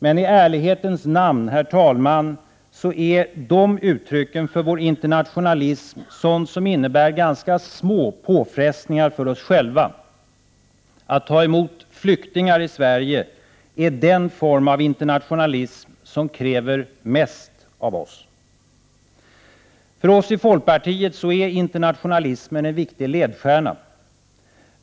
Men i ärlighetens namn, herr talman, är de uttrycken för vår internationalism sådant som innebär ganska små påfrestningar för oss själva. Att ta emot flyktingar i Sverige är den form av internationalism som kräver mest av oss. För oss i folkpartiet är internationalismen en viktig ledstjärna.